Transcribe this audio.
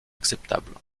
acceptables